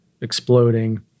exploding